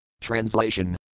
Translation